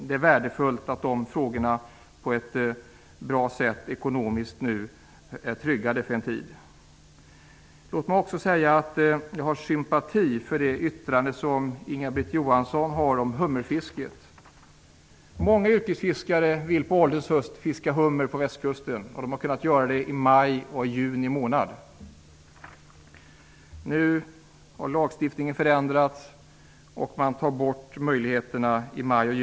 Det är värdefullt att de ekonomiska frågorna är tryggade för en tid. Låt mig också säga att jag känner sympati för det yttrande Inga-Britt Johansson avgivit om hummerfisket. Många yrkesfiskare vill på ålderns höst fiska hummer på Västkusten. De har kunnat göra det i maj och juni. Nu har lagstiftningen förändrats och möjligheterna att fiska i maj och juni tagits bort.